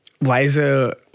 Liza